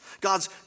God's